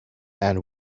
and